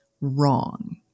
wrong